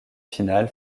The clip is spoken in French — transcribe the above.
finale